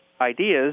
ideas